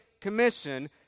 Commission